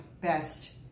best